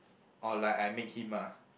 or like I make him ah